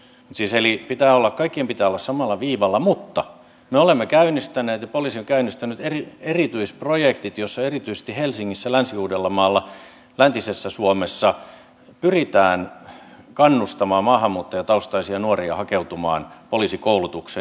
siis kaikkien pitää olla samalla viivalla mutta me olemme käynnistäneet ja poliisi on käynnistänyt eritysprojektit joissa erityisesti helsingissä länsi uudellamaalla ja läntisessä suomessa pyritään kannustamaan maahanmuuttajataustaisia nuoria hakeutumaan poliisikoulutukseen